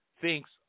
thinks